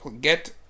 get